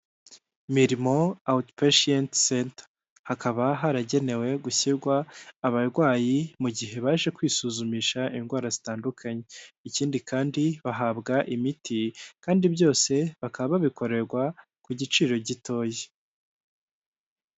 Umurimo Out Patient center, hakaba haragenewe gushyirwa abarwayi mu gihe baje kwisuzumisha indwara zitandukanye, ikindi kandi bahabwa imiti kandi byose bakaba babikorerwa ku giciro gitoya.